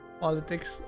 politics